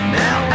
now